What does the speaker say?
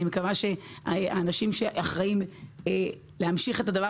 אני מקווה שהאנשים שאחראים להמשיך את הדבר